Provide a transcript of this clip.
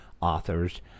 authors